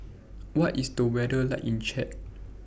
What IS The weather like in Chad